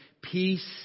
peace